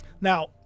Now